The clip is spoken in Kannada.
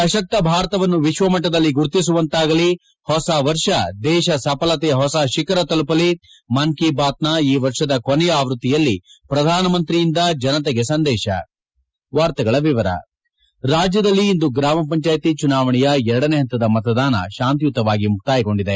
ಸಶಕ್ತ ಭಾರತವನ್ನು ವಿಶ್ವಮಟ್ಟದಲ್ಲಿ ಗುರುತಿಸುವಂತಾಗಲಿ ಹೊಸ ವರ್ಷ ದೇಶ ಸಫಲತೆಯ ಹೊಸ ಶಿಖರ ತಲುಪಲಿ ಮನ್ ಕಿ ಬಾತ್ನ ಈ ವರ್ಷದ ಕೊನೆಯ ಅವೃತ್ತಿಯಲ್ಲಿ ಪ್ರಧಾನಮಂತ್ರಿಯಿಂದ ಜನತೆಗೆ ಸಂದೇಶ ರಾಜ್ದದಲ್ಲಿ ಇಂದು ಗ್ರಾಮ ಪಂಚಾಯಿತಿ ಚುನಾವಣೆಯ ಎರಡನೇ ಪಂತದ ಮತದಾನ ಶಾಂತಿಯುತವಾಗಿ ಮುಕ್ತಾಯಗೊಂಡಿದೆ